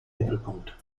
mittelpunkt